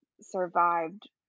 survived